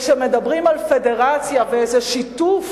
וכשמדברים על פדרציה ואיזה שיתוף